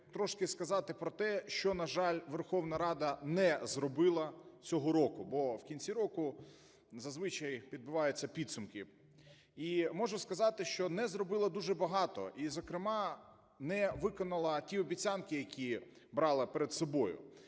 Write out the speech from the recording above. трошки сказати про те, що, на жаль, Верховна Рада не зробила цього року. Бо в кінці року зазвичай підбиваються підсумки. І можу сказати, що не зробила дуже багато. І зокрема не виконала ті обіцянки, які брала перед собою.